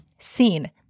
seen